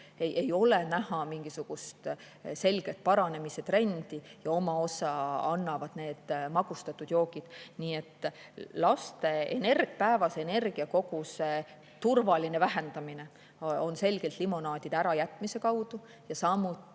ei ole näha mingisugust selget paranemise trendi ja oma osa annavad need magustatud joogid. Nii et laste päevase energiakoguse turvaline vähendamine [käib] selgelt limonaadide ärajätmise kaudu, samuti